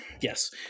Yes